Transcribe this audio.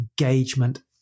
engagement